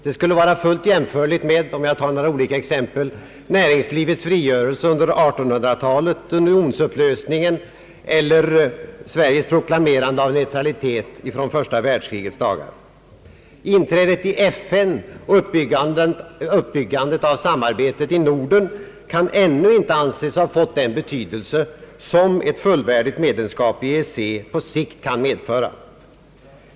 Det skulle vara fullt jämförligt med — om jag tar några olika exempel — näringslivets frigörelse under 1800-talet, unionsupplösningen eller Sveriges proklamerande av neutralitet under första världskrigets dagar. Inträdandet i FN och tuppbyggandet av samarbetet i Norden kan ännu inte anses ha fått den betydelse som ett fullvärdigt medlemskap i EEC på sikt kan medföra.